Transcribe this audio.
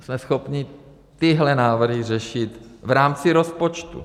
Jsme schopni tyhle návrhy řešit v rámci rozpočtu.